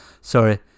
Sorry